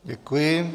Děkuji.